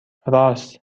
رآس